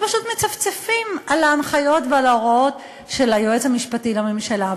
ופשוט מצפצפים על ההנחיות ועל ההוראות של היועץ המשפטי לממשלה.